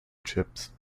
chips